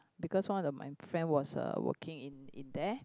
because one of the my friend was uh working in in there